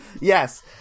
Yes